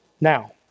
Now